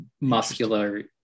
muscular